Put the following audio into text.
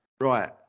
Right